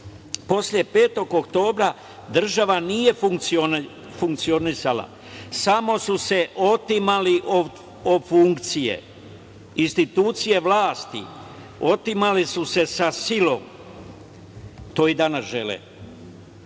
5. oktobra država nije funkcionisala, samo su se otimali o funkcije, institucije vlasti, otimali su se sa silom, to i danas žele.